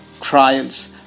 trials